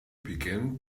began